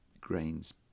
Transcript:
grains